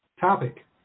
Topic